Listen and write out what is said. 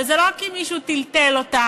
וזה לא רק כי מישהו טלטל אותם,